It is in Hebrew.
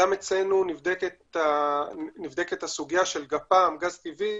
גם אצלנו נבדקת הסוגיה של גפ"מ, גז טבעי